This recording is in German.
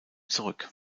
zurück